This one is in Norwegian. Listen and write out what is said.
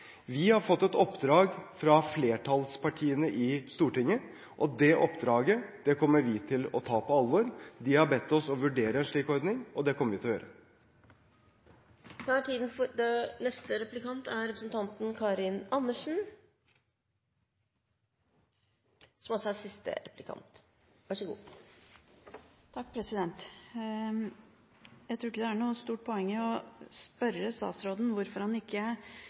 Vi har fått et oppdrag fra flertallspartiene i Stortinget, og det oppdraget kommer vi til å ta på alvor. De har bedt oss om å vurdere en slik ordning, og det kommer vi til å gjøre. Jeg tror ikke det er noe stort poeng i å spørre statsråden hvorfor han ikke